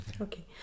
okay